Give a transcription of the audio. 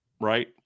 Right